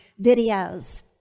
videos